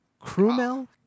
Krumel